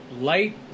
Light